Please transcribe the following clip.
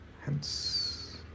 Hence